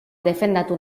defendatu